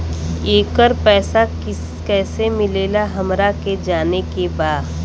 येकर पैसा कैसे मिलेला हमरा के जाने के बा?